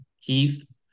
Keith